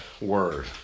word